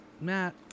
Matt